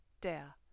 der